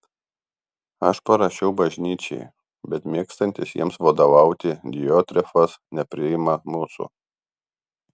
aš parašiau bažnyčiai bet mėgstantis jiems vadovauti diotrefas nepriima mūsų